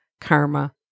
karma